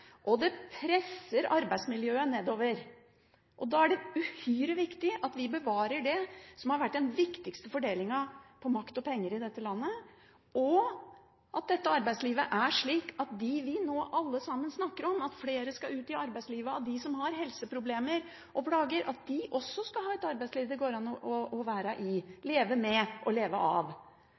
og det presser arbeidsmiljøet, nedover. Da er det uhyre viktig at vi bevarer det som har vært den viktigste fordelingen av makt og penger i dette landet, og at dette arbeidslivet er slik at flere av dem vi nå alle sammen snakker om, som har helseproblemer og plager, skal ut i arbeidslivet – at de også skal ha et arbeidsliv det går an å være i, leve med og leve av.